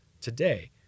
Today